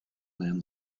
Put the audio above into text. man